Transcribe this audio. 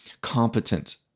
competent